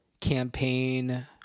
campaign